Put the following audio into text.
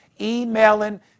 emailing